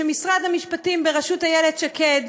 ומשרד המשפטים בראשות איילת שקד